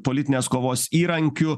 politinės kovos įrankiu